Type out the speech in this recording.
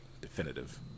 definitive